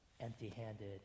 empty-handed